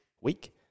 week